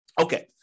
Okay